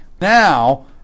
Now